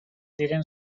diren